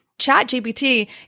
ChatGPT